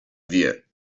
wie